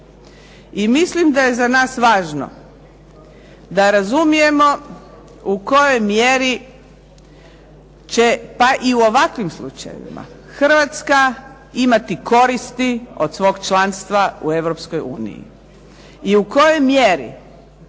I mislim da je za nas važno da razumijemo u kojoj mjeri će, pa i u ovakvim slučajevima, Hrvatska imati koristi od svog članstva u Europskoj uniji.